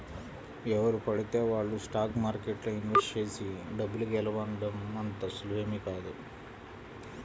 ఎవరు పడితే వాళ్ళు స్టాక్ మార్కెట్లో ఇన్వెస్ట్ చేసి డబ్బు గెలవడం అంత సులువేమీ కాదు